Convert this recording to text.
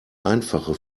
einfache